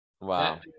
wow